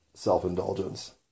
Self-indulgence